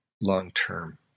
long-term